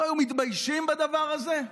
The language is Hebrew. לא היו מתביישים בדבר הזה?